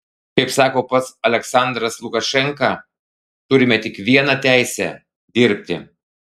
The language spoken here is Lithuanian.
kaip sako pats aliaksandras lukašenka turime tik vieną teisę dirbti